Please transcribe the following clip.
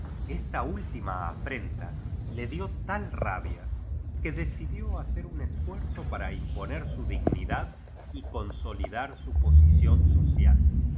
esta última afrenta je di tal rabia que decidió hacer un esfuerzo para imponer su dignidad y consolidar su posición social